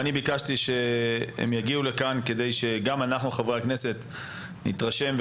אני ביקשתי שהם יגיעו לכאן כדי שגם אנחנו חברי הכנסת נתרשם,